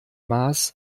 maß